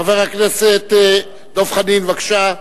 חבר הכנסת דב חנין, בבקשה.